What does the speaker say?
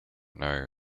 know